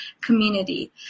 community